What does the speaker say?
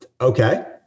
Okay